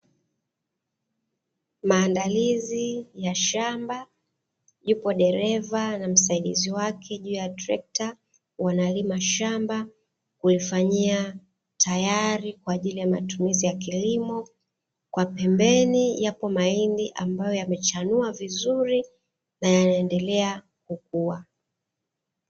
Maandalizi ya shamba, yupo dereva na msaidizi wake juu ya trekta, wanalima shamba kulifanyia tayari kwa ajili ya matumizi ya kilimo. Kwa pembeni yapo mahindi ambayo yamechanua vizuri na yanaendelea kukua.